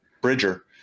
Bridger